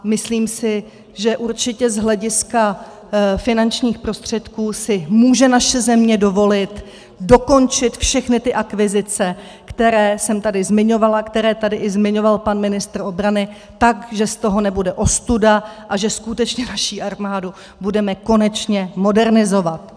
Myslím si, že určitě z hlediska finančních prostředků si může naše země dovolit dokončit všechny ty akvizice, které jsem tady zmiňovala, které tady i zmiňoval pan ministr obrany, tak, že z toho nebude ostuda a že skutečně naši armádu budeme konečně modernizovat.